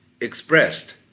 expressed